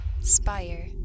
Spire